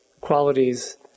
qualities